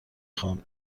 خوان